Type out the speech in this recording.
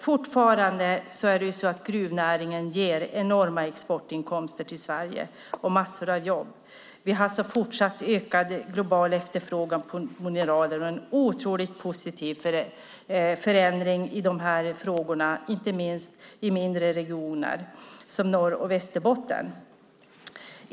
Fortfarande är det så att gruvnäringen ger både enorma exportinkomster till Sverige och massor av jobb. Vi har alltså fortsatt ökad global efterfrågan på mineraler och en otroligt positiv förändring i dessa frågor, inte minst i mindre regioner som Norr och Västerbotten.